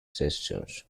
sessions